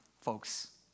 folks